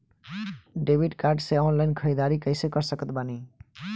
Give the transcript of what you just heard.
Debit card से online ख़रीदारी कैसे कर सकत बानी?